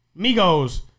Migos